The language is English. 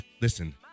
Listen